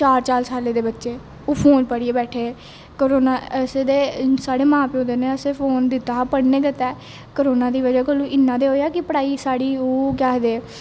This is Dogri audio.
चार चार साले दे बच्चे ओह् फोन फड़ियै बेठे दे करोना च ते साढ़े मां प्यो ने असेंगी फोन दित्ता हा पढ़ने गित्तै करोना दी बजह कोला इन्ना ते होआ कि पढ़ाई साढ़ी ओह् केह् आखदे